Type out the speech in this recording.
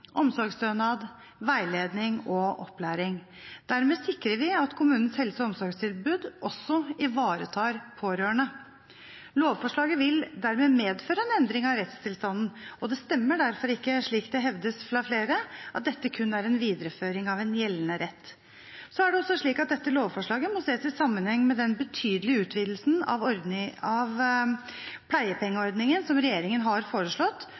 omsorgsstønad, veiledning og opplæring. Dermed sikrer vi at kommunens helse- og omsorgstilbud også ivaretar pårørende. Lovforslaget vil dermed medføre en endring av rettstilstanden, og det stemmer derfor ikke, slik det hevdes fra flere, at dette kun er en videreføring av gjeldende rett. Det er også slik at dette lovforslaget må ses i sammenheng med den betydelige utvidelsen av pleiepengeordningen som regjeringen har foreslått,